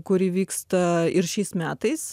kuri vyksta ir šiais metais